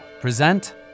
present